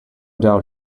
doubt